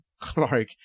Clark